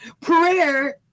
Prayer